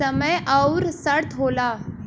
समय अउर शर्त होला